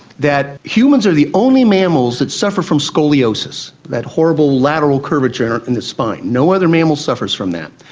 that humans are the only mammals that suffer from scoliosis, that horrible lateral curvature in the spine. no other mammal suffers from that.